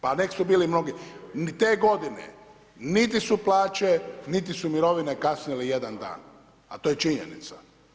Pa nek su bili mnogi, te godine. niti su plaće, niti su mirovine kasnile jedan dan a to je činjenica.